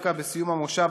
דווקא בסיום המושב,